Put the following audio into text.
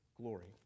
glory